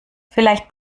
vielleicht